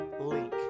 link